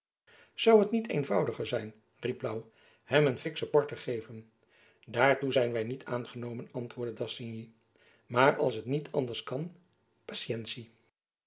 zoû t niet eenvoudiger zijn riep louw hem een fikschen por te geven daartoe zijn wy niet aangenomen antwoordde d'assigny maar als t niet anders kan